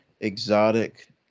exotic